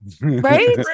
Right